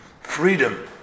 freedom